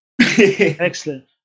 Excellent